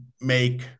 make